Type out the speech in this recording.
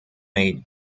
made